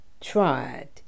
tried